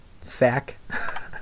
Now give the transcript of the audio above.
Sack